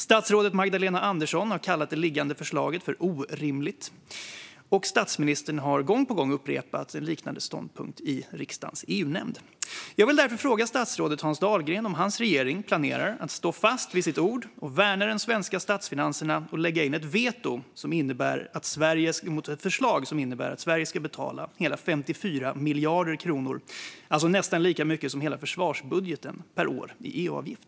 Statsrådet Magdalena Andersson har kallat det liggande förslaget orimligt, och statsministern har gång på gång upprepat en liknande ståndpunkt i riksdagens EU-nämnd. Jag vill därför fråga statsrådet Hans Dahlgren om hans regering planerar att stå fast vid sitt ord om att värna de svenska statsfinanserna och lägga in sitt veto mot ett förslag som innebär att Sverige ska betala hela 54 miljarder kronor, det vill säga nästan lika mycket som hela försvarsbudgeten, per år i EU-avgift.